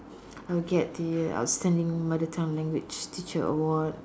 I'll get the outstanding mother tongue language teacher award